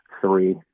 Three